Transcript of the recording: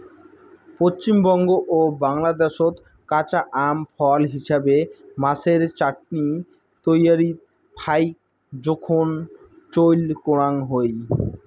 পশ্চিমবঙ্গ ও বাংলাদ্যাশত কাঁচা আম ফল হিছাবে, মাছের চাটনি তৈয়ারীত ফাইক জোখন চইল করাং হই